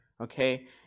okay